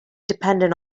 dependent